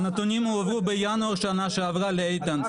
הנתונים עברו בינואר שנה שעברה לאיתן,